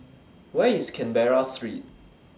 Where IS Canberra Street